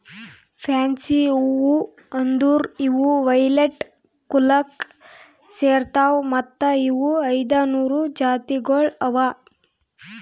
fancy ಹೂವು ಅಂದುರ್ ಇವು ವೈಲೆಟ್ ಕುಲಕ್ ಸೇರ್ತಾವ್ ಮತ್ತ ಇವು ಐದ ನೂರು ಜಾತಿಗೊಳ್ ಅವಾ